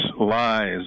lies